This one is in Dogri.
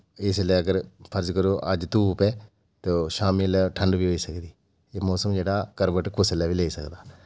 इसलै अगर फर्ज़ करो अज्ज धुप्प ऐ ते शामी ठंड बी होई सकदी एह् मौसम जेह्का ऐ करवट कुसै बेलै बी लेई सकदा ऐ